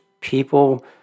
people